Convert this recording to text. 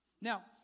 Now